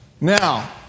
Now